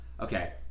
Okay